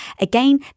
again